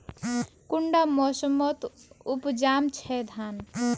कुंडा मोसमोत उपजाम छै धान?